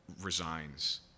resigns